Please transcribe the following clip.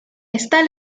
está